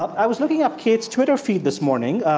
i was looking up kate's twitter feed this morning.